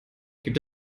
gibt